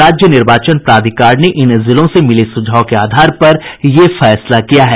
राज्य निर्वाचन प्राधिकार ने इन जिलों से मिले सुझाव के आधार पर ये फैसला किया है